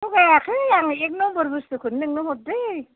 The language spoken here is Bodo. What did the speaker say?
थगायाखै आं एक नम्बर बुस्थुखौनो नोंनो हरदों